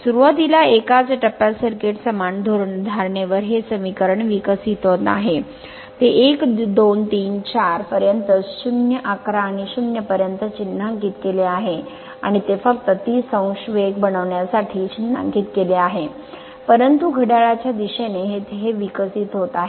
सुरुवातीला एकाच टप्प्यात सर्किट समान धारणेवर हे समीकरण विकसित होत आहे ते 1 2 3 4 पर्यंत 0 11 आणि 0 पर्यंत चिन्हांकित केले आहे आणि ते फक्त 30 o वेग बनविण्यासाठी चिन्हांकित केले आहे परंतु घड्याळाच्या दिशेने येथे हे विकसित होत आहे